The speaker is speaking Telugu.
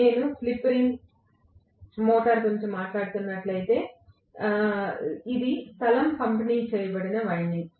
నేను స్లిప్ రింగ్ రోటర్ గురించి మాట్లాడుతున్నట్లయితే ఇది స్థలం పంపిణీ చేయబడిన వైండింగ్